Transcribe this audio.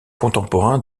contemporain